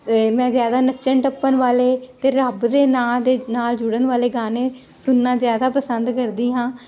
ਤੇ ਮੈਂ ਜਿਆਦਾ ਨੱਚਣ ਟੱਪਣ ਵਾਲੇ ਤੇ ਰੱਬ ਦੇ ਨਾਂ ਦੇ ਨਾਲ ਜੁੜਨ ਵਾਲੇ ਗਾਣੇ ਸੁਣਨਾ ਜਿਆਦਾ ਪਸੰਦ ਕਰਦੀ ਹਾਂ